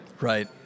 Right